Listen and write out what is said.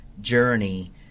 journey